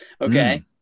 Okay